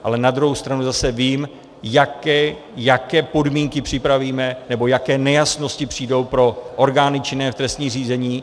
Ale na druhou stranu zase vím, jaké podmínky připravíme nebo jaké nejasnosti přijdou pro orgány činné v trestním řízení.